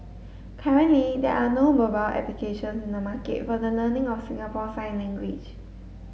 currently there are no mobile applications in the market for the learning of Singapore sign language